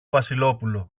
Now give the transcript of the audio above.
βασιλόπουλο